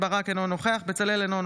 אינו נוכח אוריאל בוסו,